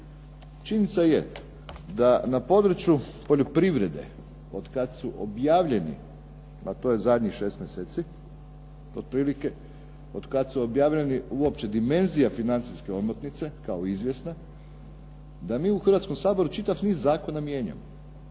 činjenica je da na području poljoprivrede od kada su objavljeni, a to je zadnjih 6 mjeseci otprilike, od kada su objavljeni uopće dimenzija financijske omotnice kao izvjesna, da mi u Hrvatskom saboru čitav niz zakona mijenjamo,